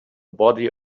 body